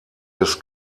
des